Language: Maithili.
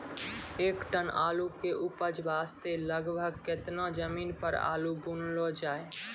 एक टन आलू के उपज वास्ते लगभग केतना जमीन पर आलू बुनलो जाय?